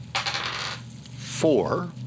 Four